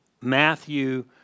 Matthew